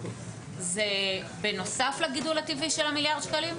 זה בנוסף לגידול הטבעי של מיליארד שקלים?